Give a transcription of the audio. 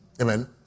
Amen